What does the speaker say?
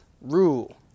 rule